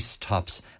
tops